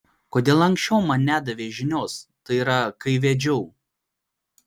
kodėl anksčiau man nedavei žinios tai yra kai vedžiau